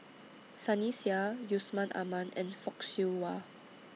Sunny Sia Yusman Aman and Fock Siew Wah